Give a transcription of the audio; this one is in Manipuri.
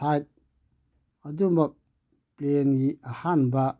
ꯐ꯭ꯂꯥꯏꯠ ꯑꯗꯨꯃꯛ ꯄ꯭ꯂꯦꯟꯒꯤ ꯑꯍꯥꯟꯕ